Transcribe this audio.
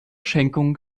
schenkung